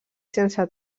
sense